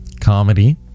comedy